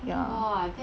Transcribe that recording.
ya